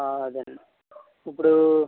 అదేండి ఇప్పుడు